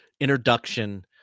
introduction